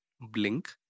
Blink